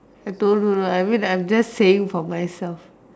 I told you right I mean I'm just saying for myself